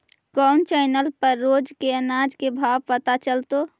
कोन चैनल पर रोज के अनाज के भाव पता चलतै?